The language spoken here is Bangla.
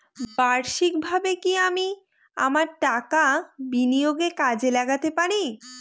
বার্ষিকভাবে কি আমি আমার টাকা বিনিয়োগে কাজে লাগাতে পারি?